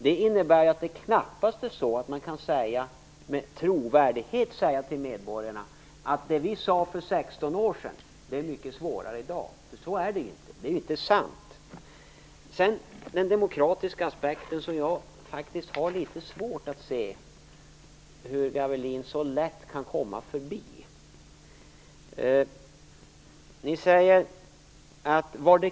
Det innebär att man knappast med trovärdighet kan säga till medborgarna att det som vi sade var möjligt för 16 år sedan är mycket svårare i dag, för det är ju inte sant. Jag har litet svårt att se hur Torsten Gavelin så lätt kan komma förbi den demokratiska aspekten.